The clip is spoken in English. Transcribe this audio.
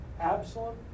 Absalom